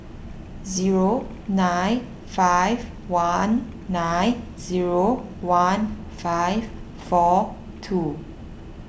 zero nine five one nine zero one five four two